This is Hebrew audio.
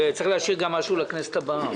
צריך להשאיר גם משהו לכנסת הבאה.